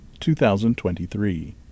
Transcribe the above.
2023